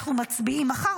אנחנו מצביעים מחר,